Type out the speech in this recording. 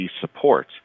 support